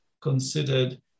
considered